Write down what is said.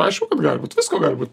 aišku kad gali būt visko gali būt